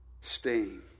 stain